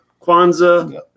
Kwanzaa